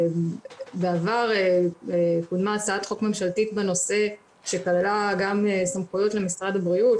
בעבר קודמה הצעת חוק ממשלתית בנושא שכללה גם סמכויות למשרד הבריאות.